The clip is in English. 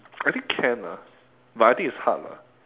I think can lah but I think it's hard lah